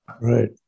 right